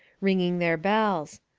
ring ing their bells.